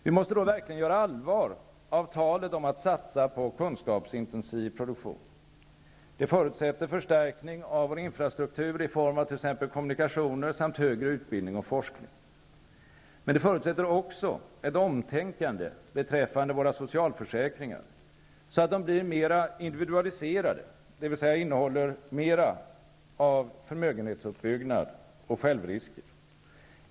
Vi måste då verkligen göra allvar av talet om att satsa på kunskapsintensiv produktion. Det förutsätter förstärkning av vår infrastruktur i form av t.ex. kommunikationer samt högre utbildning och forskning. Men det förutsätter också ett omtänkande beträffande våra socialförsäkringar, så att de blir mera individualiserade, d.v.s. innehåller mera av förmögenhetsuppbyggnad och självrisker.